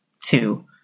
two